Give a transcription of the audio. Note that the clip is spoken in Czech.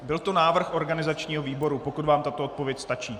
Byl to návrh organizačního výboru, pokud vám tato odpověď stačí.